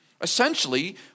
Essentially